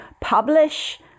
publish